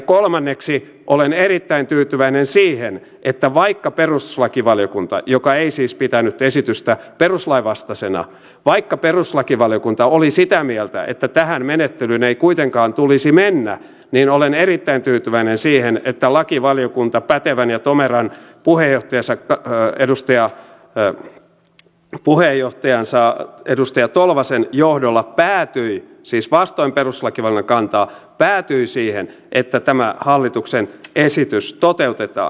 kolmanneksi olen erittäin tyytyväinen siihen että vaikka perustuslakivaliokunta joka ei siis pitänyt esitystä perustuslain vastaisena oli sitä mieltä että tähän menettelyyn ei kuitenkaan tulisi mennä niin olen erittäin tyytyväinen siihen että lakivaliokunta pätevän ja tomeran puheenjohtajansa edustaja tolvasen johdolla päätyi siis vastoin perustuslakivaliokunnan kantaa siihen että tämä hallituksen esitys toteutetaan